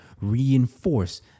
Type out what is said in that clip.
reinforce